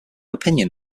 opinion